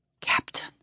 Captain